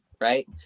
right